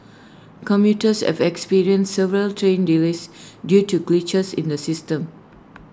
commuters have experienced several train delays due to glitches in the system